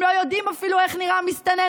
הם לא יודעים אפילו איך נראה מסתנן